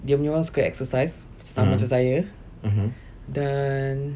dia punya orang suka exercise sama macam saya dan